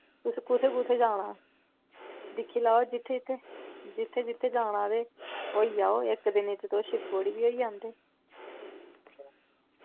तुस कु'त्थे कु'त्थे जाना दिक्खी लैओ जित्थे जित्थे जित्थे जित्थे जाना ते होई आओ इक दिनै च तुस शिवखोड़ी बी होई आंदे